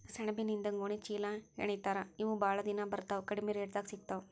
ಸೆಣಬಿನಿಂದ ಗೋಣಿ ಚೇಲಾಹೆಣಿತಾರ ಇವ ಬಾಳ ದಿನಾ ಬರತಾವ ಕಡಮಿ ರೇಟದಾಗ ಸಿಗತಾವ